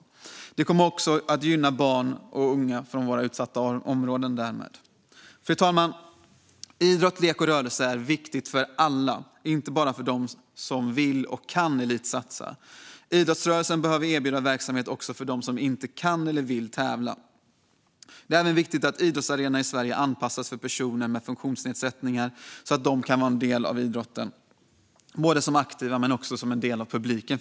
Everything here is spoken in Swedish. Därmed kommer det också att gynna barn och unga i våra utsatta områden. Fru talman! Idrott, lek och rörelse är viktigt för alla, inte bara för dem som vill och kan elitsatsa. Idrottsrörelsen behöver erbjuda verksamhet också för dem som inte kan eller vill tävla. Det är även viktigt att idrottsarenorna i Sverige anpassas för personer med funktionsnedsättningar så att de kan vara en del av idrotten, både som aktiva och faktiskt som en del av publiken.